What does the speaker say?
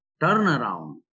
turnaround